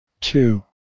two